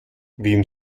wem